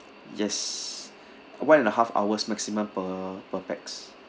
yes one and a half hours maximum per per pax